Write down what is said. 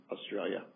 Australia